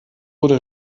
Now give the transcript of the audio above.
wurde